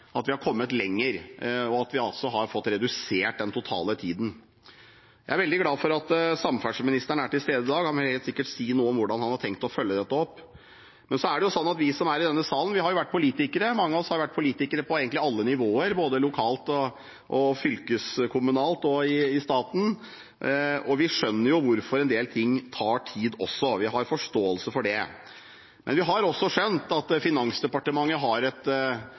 en gang, har kommet lenger, og at vi har fått redusert den totale tiden. Jeg er veldig glad for at samferdselsministeren er til stede i dag. Han vil helt sikkert si noe om hvordan han har tenkt å følge dette opp. Men så er det jo sånn at vi som er i denne salen, har vært politikere på egentlig alle nivåer, mange av oss, både lokalt, fylkeskommunalt og i staten, og vi skjønner hvorfor en del ting tar tid også – vi har forståelse for det. Men vi har også skjønt at Finansdepartementet har